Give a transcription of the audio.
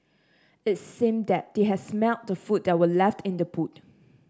it seemed that they had smelt the food that were left in the boot